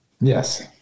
Yes